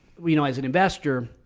you know, as an investor,